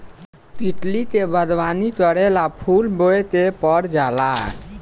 तितली के बागवानी करेला फूल बोए के पर जाला